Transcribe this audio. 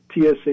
TSA